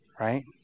Right